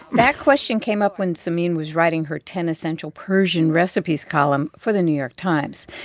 that question came up when samin was writing her ten essential persian recipes column for the new york times.